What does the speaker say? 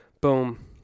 boom